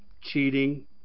cheating